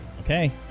okay